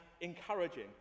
encouraging